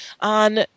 on